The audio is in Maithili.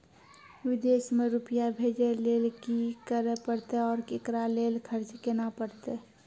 विदेश मे रुपिया भेजैय लेल कि करे परतै और एकरा लेल खर्च केना परतै?